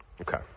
Okay